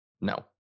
No